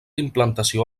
implantació